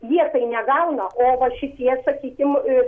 jie tai negauna o va šitie atsakykim